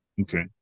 Okay